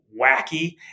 wacky